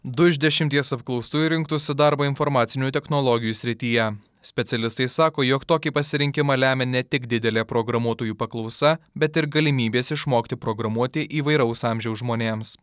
du iš dešimties apklaustųjų rinktųsi darbą informacinių technologijų srityje specialistai sako jog tokį pasirinkimą lemia ne tik didelė programuotojų paklausa bet ir galimybės išmokti programuoti įvairaus amžiaus žmonėms